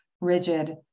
rigid